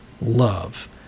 love